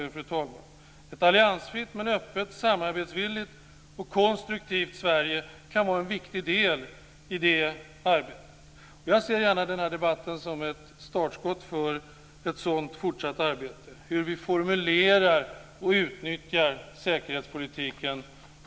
Ett alliansfritt men öppet, samarbetsvilligt och konstruktivt Sverige kan vara en viktig del i det arbetet. Jag ser gärna den här debatten som ett startskott för ett sådant fortsatt arbete om hur vi formulerar och utnyttjar säkerhetspolitiken på